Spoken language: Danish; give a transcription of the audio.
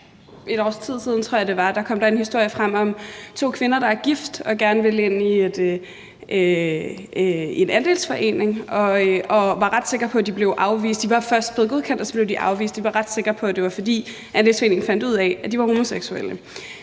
tror jeg det var, kom der en historie frem om to kvinder, der var gift og gerne ville ind i en andelsforening og blev afvist. De var først blevet godkendt, og så blev de afvist, og de var ret sikre på, at det var, fordi andelsforeningen fandt ud af, at de var homoseksuelle.